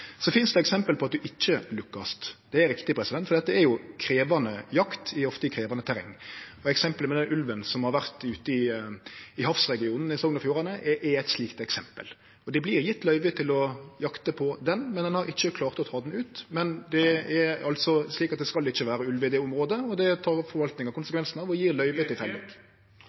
Så finst det eksempel på at ein ikkje lukkast – det er riktig, for det er jo krevjande jakt i ofte krevjande terreng. Eksemplet med den ulven som har vore ute i havregionen i Sogn og Fjordane, er eit slikt eksempel. Det vart gjeve løyve til å jakte på han, men ein har ikkje klart å ta han ut. Men det er altså slik at det ikkje skal vere ulv i det området, og det tok òg forvaltinga konsekvensen av